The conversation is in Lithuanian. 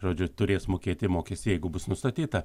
žodžiu turės mokėti mokestį jeigu bus nustatyta